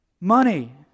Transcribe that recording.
Money